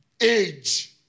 age